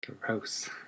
Gross